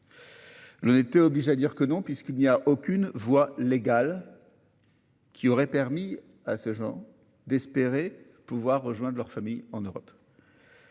L'honnêteté oblige à dire que non. Aucune voie légale n'aurait permis à ces gens d'espérer pouvoir rejoindre leur famille en Europe.